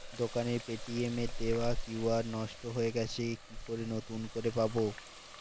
দোকানের পেটিএম এর দেওয়া কিউ.আর নষ্ট হয়ে গেছে কি করে নতুন করে পাবো?